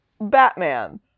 Batman